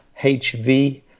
HV